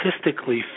statistically